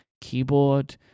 keyboard